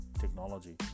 technology